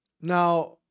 Now